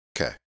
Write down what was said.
Okay